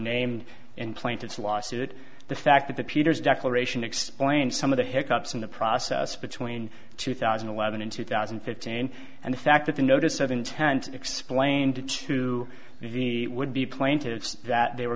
named in plaintiff's lawsuit the fact that the peters declaration explained some of the hiccups in the process between two thousand and eleven and two thousand and fifteen and the fact that the notice of intent explained to the would be plaintiffs that they were